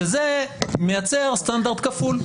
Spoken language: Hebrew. שזה מייצר סטנדרט כפול,